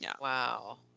Wow